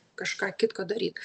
kažką kitką daryt